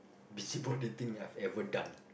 busybody thing that I've ever done